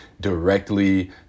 directly